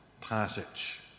passage